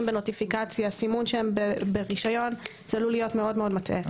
בנוטיפיקציה סימון ברשיון זה עלול להיות מאוד מטעה.